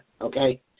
okay